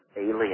alien